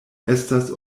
estas